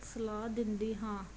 ਸਲਾਹ ਦਿੰਦੀ ਹਾਂ